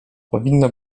powinno